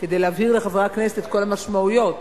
כדי להבהיר לחברי הכנסת את כל המשמעויות.